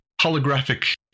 holographic